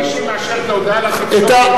מי שמאשר את ההודעה לתקשורת זה יושב-ראש הוועדה.